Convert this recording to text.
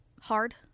Hard